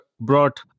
brought